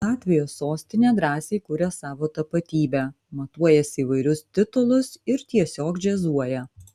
latvijos sostinė drąsiai kuria savo tapatybę matuojasi įvairius titulus ir tiesiog džiazuoja